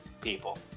people